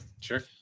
Sure